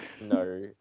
No